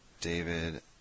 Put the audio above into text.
David